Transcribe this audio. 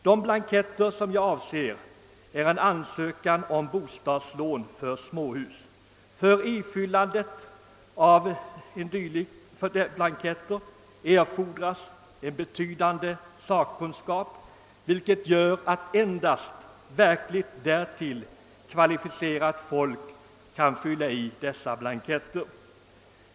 De blanketter jag avser gäller ansökan om bostadslån för småhus. För ifyllandet av dylika blanketter erfordras en betydande sakkunskap, vilket gör att endast därtill verkligt kvalificerat folk kan fylla i blanketterna.